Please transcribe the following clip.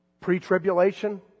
pre-tribulation